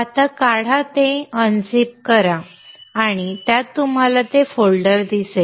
आता काढा ते अनझिप करा आणि त्यात तुम्हाला हे फोल्डर दिसेल